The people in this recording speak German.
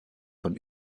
von